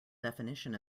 definition